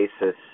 basis